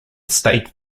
state